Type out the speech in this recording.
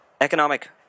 economic